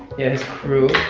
yeah, his crew.